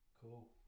cool